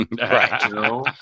Right